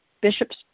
Bishop's